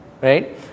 right